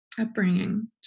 upbringing